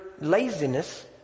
Laziness